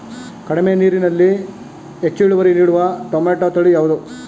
ಕಡಿಮೆ ನೀರಿನಲ್ಲಿ ಹೆಚ್ಚು ಇಳುವರಿ ನೀಡುವ ಟೊಮ್ಯಾಟೋ ತಳಿ ಯಾವುದು?